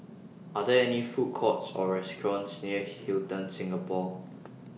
Are There any Food Courts Or restaurants near Hilton Singapore